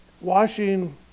washing